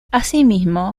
asimismo